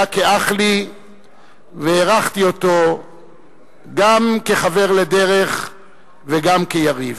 הוא היה כאח לי והערכתי אותו גם כחבר לדרך וגם כיריב.